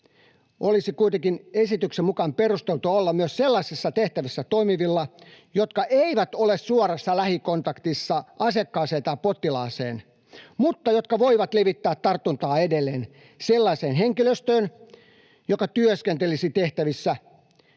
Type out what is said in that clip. olisi kuitenkin esityksen mukaan perusteltua olla myös sellaisissa tehtävissä toimivilla, jotka eivät ole suorassa lähikontaktissa asiakkaaseen tai potilaaseen mutta jotka voisivat levittää tartuntaa edelleen sellaiseen henkilöstöön, joka työskentelisi tehtävissä, joihin